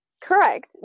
Correct